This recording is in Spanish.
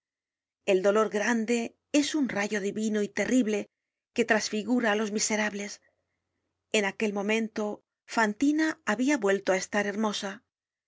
el dolor grande es un rayo divino y terrible que trasfigura á los miserables en aquel momento fantina habia vuelto á estar hermosa